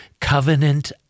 Covenant